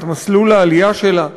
את מסלול העלייה שלה,